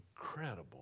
incredible